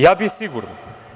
Ja bih sigurno.